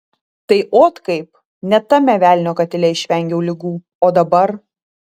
tai ot kaip net tame velnio katile išvengiau ligų o dabar